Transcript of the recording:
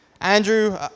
Andrew